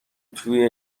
توی